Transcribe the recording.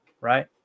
right